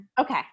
Okay